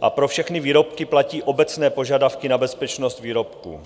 a pro všechny výrobky platí obecné požadavky na bezpečnost výrobků.